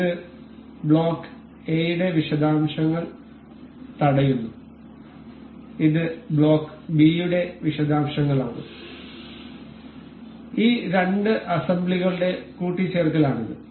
ഇത് block A യുടെ വിശദാംശങ്ങൾ തടയുന്നു ഇത് ബ്ലോക്ക് ബി യുടെ വിശദാംശങ്ങളാണ് ഈ രണ്ട് അസംബ്ലികളുടെ കൂട്ടിച്ചേർക്കലാണിത്